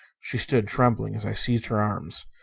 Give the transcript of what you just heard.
she stood trembling as i seized her arms.